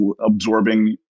absorbing